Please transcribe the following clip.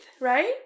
right